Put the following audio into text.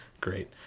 great